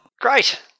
Great